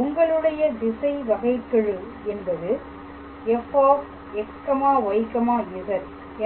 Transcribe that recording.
உங்களுடைய திசை வகைக்கெழு என்பது fxyz